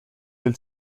del